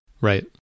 Right